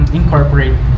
incorporate